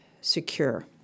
secure